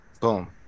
boom